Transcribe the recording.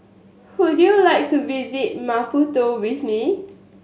would you like to visit Maputo with me